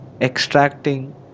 extracting